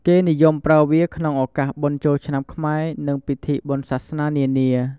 គេនិយមប្រើវាក្នុងឱកាសបុណ្យចូលឆ្នាំខ្មែរ និងពិធីបុណ្យសាសនា នានា។